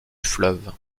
fleuve